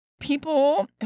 people